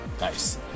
Nice